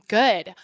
good